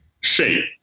shape